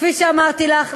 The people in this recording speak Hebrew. כפי שאמרתי לך,